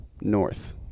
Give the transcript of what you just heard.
north